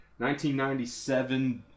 1997